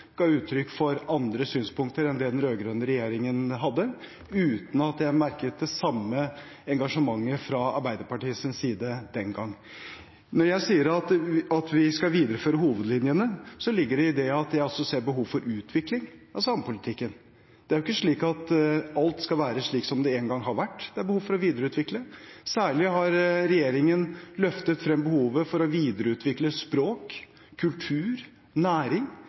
ga uttrykk for andre synspunkter enn det den rød-grønne regjeringen hadde, uten at jeg merket det samme engasjementet fra Arbeiderpartiets side den gang. Når jeg sier at vi skal videreføre hovedlinjene, så ligger det i det at jeg også ser behov for utvikling av samepolitikken. Det er jo ikke slik at alt skal være som det en gang har vært. Det er behov for å videreutvikle. Særlig har regjeringen løftet frem behovet for å videreutvikle språk, kultur og næring.